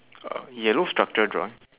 um yellow structure drawing